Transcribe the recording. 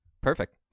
perfect